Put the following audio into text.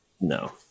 No